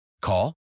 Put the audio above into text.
Call